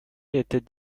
était